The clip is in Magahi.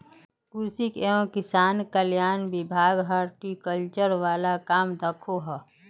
कृषि एवं किसान कल्याण विभाग हॉर्टिकल्चर वाल काम दखोह